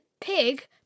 Pig